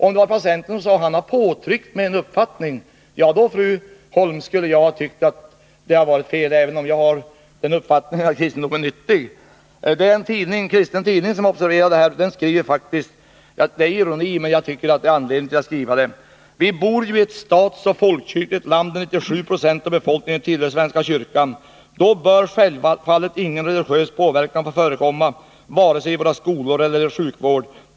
Men om patienten sagt att läkaren försökt påtvinga honom en uppfattning, då hade jag ansett att det varit fel, fru Holm, även om jag har den åsikten att kristendom är nyttig. En kristen tidning har uppmärksammat detta ärende. Jag uppfattar det som skrivs som ironi, men det finns ändå anledning att citera det: ”Vi bor ju i ett statsoch folkkyrkligt land, där 97 26 av befolkningen tillhör Svenska Kyrkan. Då bör självfallet ingen religiös påverkan få förekomma vare sig i våra skolor eller i vår sjukvård!